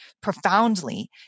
profoundly